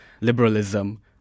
liberalism